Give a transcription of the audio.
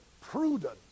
prudence